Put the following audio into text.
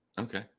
Okay